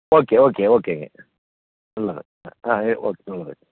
okay okay ஓகேங்க நல்லது ஆ ஆ ஓகே நல்லது